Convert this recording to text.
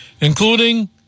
including